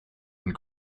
and